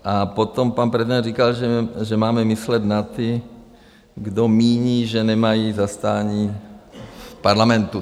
A potom pan prezident říkal, že máme myslet na ty, kdo míní, že nemají zastání v Parlamentu.